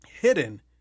hidden